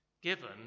given